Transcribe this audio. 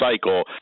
cycle